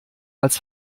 als